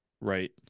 Right